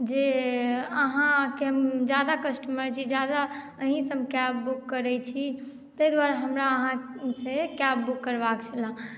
जे अहाँके हम ज्यादा कस्टमर छी ज्यादा अहीँसँ हम कैब बुक करैत छी ताहि द्वारे हमरा अहाँसँ कैब बुक करबाक छले